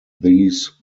these